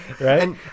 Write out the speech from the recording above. right